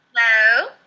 Hello